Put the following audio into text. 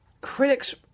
critics